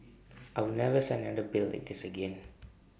I will never sign another bill like this again